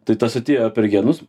tai tas atėjo per genus